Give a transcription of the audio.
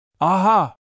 Aha